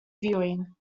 viewing